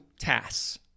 tasks